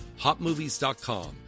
HotMovies.com